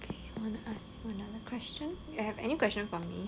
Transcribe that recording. I wanna ask you another question you have any question for me